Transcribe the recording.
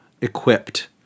equipped